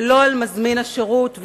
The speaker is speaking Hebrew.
ולא על מזמין השירות.